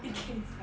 ticket sia